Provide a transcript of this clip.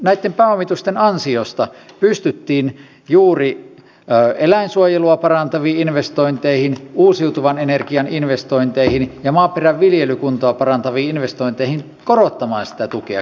näitten pääomitusten ansiosta pystyttiin juuri eläinsuojelua parantaviin investointeihin uusiutuvan energian investointeihin ja maaperän viljelykuntoa parantaviin investointeihin korottamaan sitä tukea